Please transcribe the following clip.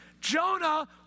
Jonah